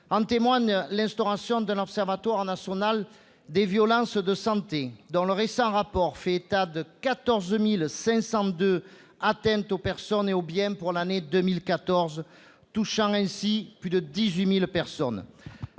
En témoigne l'instauration d'un Observatoire national des violences en milieu de santé, l'ONVS, dont le récent rapport fait état de 14 502 atteintes aux personnes et aux biens pour l'année 2014, touchant ainsi plus de 18 000 personnes